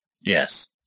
Yes